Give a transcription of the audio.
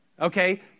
okay